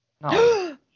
no